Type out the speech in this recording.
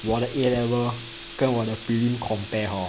我的 A level 跟我的 prelim compare hor